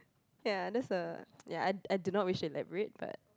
ya that's a ya I I do not wish to elaborate but